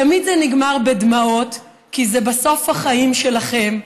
תמיד זה נגמר בדמעות, כי זה בסוף החיים שלכם,